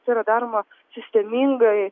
tai yra daroma sistemingai